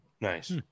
Nice